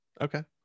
okay